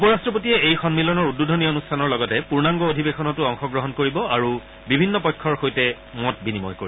উপ ৰাট্টপতিয়ে এই সন্মিলনৰ উদ্বোধনী অনুষ্ঠানৰ লগতে পূৰ্ণাংগ অধিৱেশনতো অংশগ্ৰহণ কৰিব আৰু বিভিন্ন পক্ষৰ সৈতে মত বিনিময় কৰিব